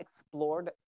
explored